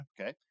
Okay